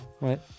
ouais